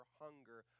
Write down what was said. hunger